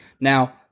Now